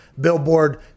billboard